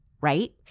right